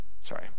Sorry